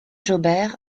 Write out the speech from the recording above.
jobert